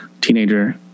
teenager